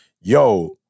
yo